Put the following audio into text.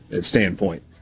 standpoint